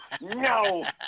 No